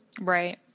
Right